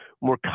more